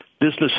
business